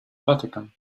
vatican